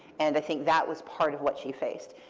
and i think that was part of what she faced.